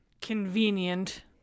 convenient